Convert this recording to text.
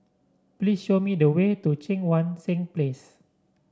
please show me the way to Cheang Wan Seng Place